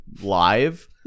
live